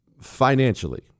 Financially